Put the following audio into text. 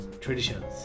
traditions